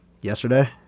Yesterday